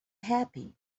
happy